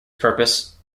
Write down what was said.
purpose